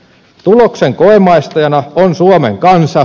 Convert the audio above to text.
tuloksen koemaistajana on suomen kansa